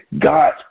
God